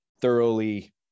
thoroughly